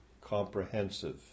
comprehensive